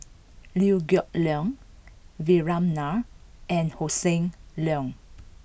Liew Geok Leong Vikram Nair and Hossan Leong